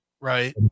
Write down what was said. right